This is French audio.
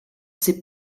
ses